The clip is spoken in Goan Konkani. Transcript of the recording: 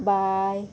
बाय